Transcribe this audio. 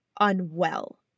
unwell